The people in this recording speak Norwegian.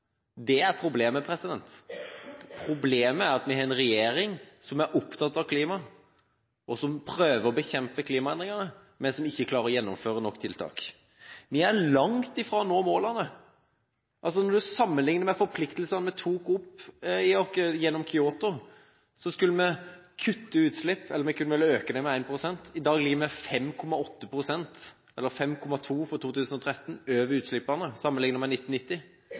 Det er problemet. Problemet er at vi har en regjering som er opptatt av klima, som prøver å bekjempe klimaendringene, men som ikke klarer å gjennomføre nok tiltak. Vi er langt fra å nå målene. I Kyoto-forpliktelsene skulle vi kutte utslipp – eller vi kunne vel øke med 1 pst. I dag ligger vi 5,8 pst. – 5,2 pst. for 2013 – over utslippene sammenlignet med 1990.